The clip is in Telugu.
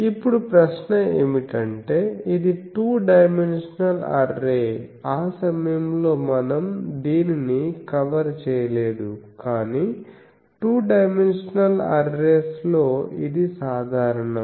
ఇప్పుడు ప్రశ్న ఏమిటంటే ఇది టూ డైమెన్షనల్ అర్రే ఆ సమయంలో మనం దీనిని కవర్ చేయలేదు కాని టూ డైమెన్షనల్ అర్రేస్ లో ఇది సాధారణం